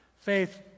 Faith